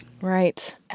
Right